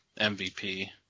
MVP